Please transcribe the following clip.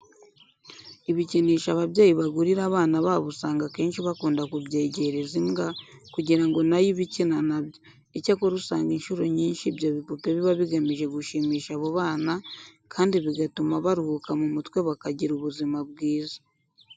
Ibikinisho ababyeyi bagurira abana babo usanga akenshi bakunda kubyegereza imbwa kugira ngo na yo ibe ikina na byo. Icyakora usanga incuro nyinshi ibyo bipupe biba bigamije gushimisha abo bana kandi bigatuma baruhuka mu mutwe bakagira ubuzima bwiza.